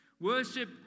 worship